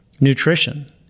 Nutrition